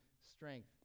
strength